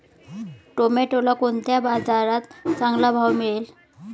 टोमॅटोला कोणत्या बाजारात चांगला भाव मिळेल?